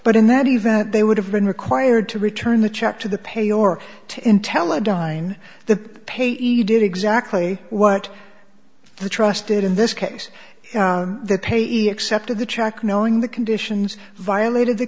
but in that event they would have been required to return the check to the pay or to intel a dime the pay you did exactly what the trusted in this case the payee accepted the track knowing the conditions violated the